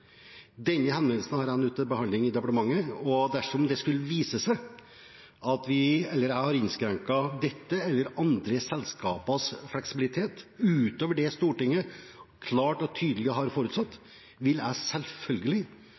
Denne henvendelsen er nå til behandling i departementet, og dersom det skulle vise seg at vi har innskrenket dette selskapets eller andre selskapers fleksibilitet utover det Stortinget klart og tydelig har forutsatt, vil jeg selvfølgelig